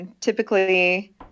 Typically